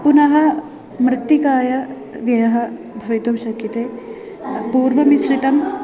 पुनः मृत्तिकायै व्ययः भवितुं शक्यते पूर्वमिश्रितम्